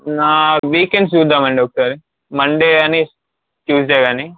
నా వీకెండ్స్ చూద్దాం అండి ఒకసారి మండే కానీ ట్యూ స్డే కానీ